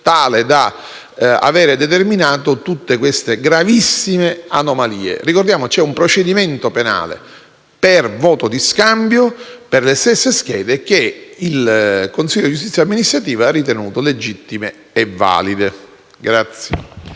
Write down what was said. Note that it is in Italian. che hanno determinato le gravissime anomalie. Ricordiamo che c'è un procedimento penale per voto di scambio per le stesse schede che il consiglio di giustizia amministrativa ha ritenuto legittime e valide. Signor